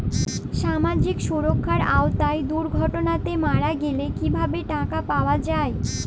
সামাজিক সুরক্ষার আওতায় দুর্ঘটনাতে মারা গেলে কিভাবে টাকা পাওয়া যাবে?